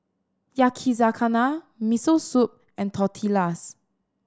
Yakizakana Miso Soup and Tortillas